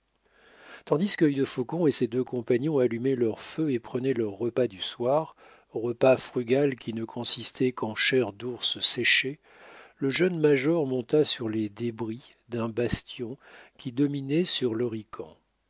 tandis quœil de faucon et ses deux compagnons allumaient leur feu et prenaient leur repas du soir repas frugal qui ne consistait qu'en chair d'ours séchée le jeune major monta sur les débris d'un bastion qui dominait sur l'horican le